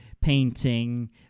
painting